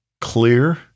clear